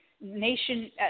nation